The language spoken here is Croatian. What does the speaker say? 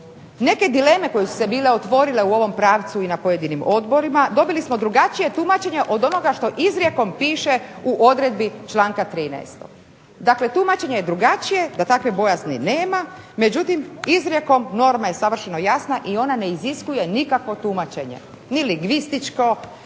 Neke dileme koje su se bile otvorile u ovom pravcu i na pojedinim odborima dobili smo drugačije tumačenje od onoga što izrijekom piše u odredbi članka 13. Dakle tumačenje je drugačije, za takve bojazni nema, međutim izrijekom norma je savršeno jasna i ona ne iziskuje nikakvo tumačenje, ni lingvističko